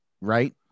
Right